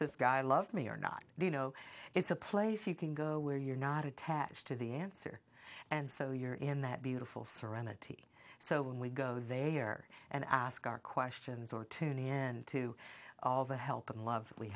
this guy love me or not do you know it's a place you can go where you're not attached to the answer and so you're in that beautiful serenity so when we go there and ask our questions or tune in to all the help and love we